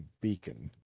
beacon